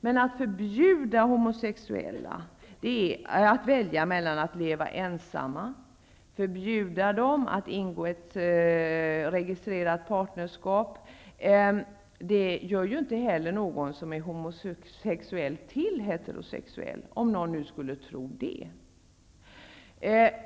Men att förbjuda de homosexuella att ingå ett registrerat partnerskap, gör ju inte heller någon som är homosexuell till heterosexuell -- om nu någon skulle tro det.